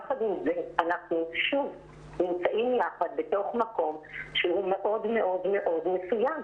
אנחנו שוב נמצאים יחד בתוך מקום שהוא מאוד מאוד מאוד מסוים,